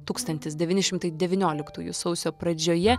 tūkstantis devyni šimtai devynioliktųjų sausio pradžioje